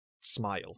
smile